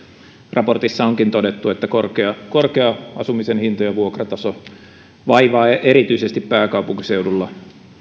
raportissa onkin todettu että korkea asumisen hinta ja vuokrataso vaivaavat erityisesti pääkaupunkiseudulla